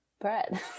bread